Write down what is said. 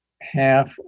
half